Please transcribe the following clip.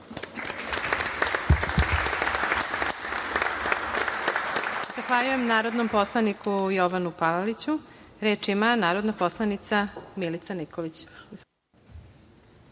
Zahvaljujem narodnom poslaniku Jovanu Palaliću. Reč ima narodna poslanica Milica